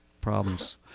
problems